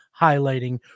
highlighting